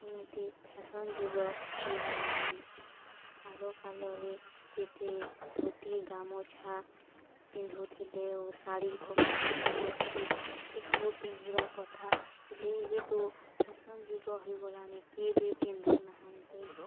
ଏମିତି ଫ୍ୟାସନ୍ ଯୁଗ ହେଇଗଲାଣି ଆଗକାଳରେ ଯେତେ ଧୋତି ଗାମୁଛା ପିନ୍ଧୁଥିଲେ ଓ ଶାଢ଼ୀ କପଡ଼ା ପିନ୍ଧୁଥିଲେ ସେସବୁ ପିନ୍ଧିବା କଥା ହେଲେ ଏବେ ତ ଫ୍ୟାସନ୍ ଯୁଗ ହେଇଗଲାଣି କିଏ ବି ପିନ୍ଧୁନାହାନ୍ତି